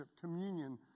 communion